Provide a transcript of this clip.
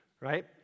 Right